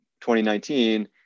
2019